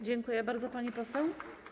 Dziękuję bardzo, pani poseł.